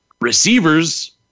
receivers